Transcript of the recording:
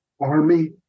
army